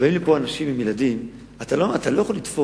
כשבאים הנה אנשים עם ילדים, אתה לא יכול לתפוס.